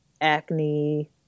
acne